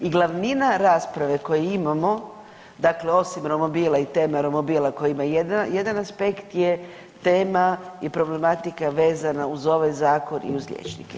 I glavnina rasprave koje imamo dakle osim romobila i teme romobila koji ima jedan aspekt je tema i problematika vezana uz ovaj zakon i uz liječnike.